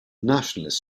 nationalists